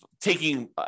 taking